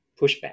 pushback